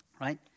Right